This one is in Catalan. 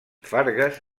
fargues